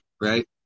right